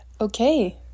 Okay